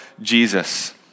Jesus